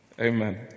Amen